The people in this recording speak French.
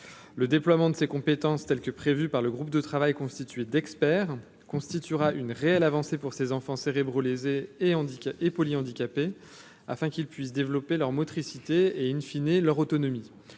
le déploiement de ses compétences telles que prévues par le groupe de travail constitué d'experts constituera une réelle avancée pour ses enfants, cérébro-lésés et dit est polyhandicapé afin qu'ils puissent développer leur motricité et une fine et leur autonomie